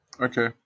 Okay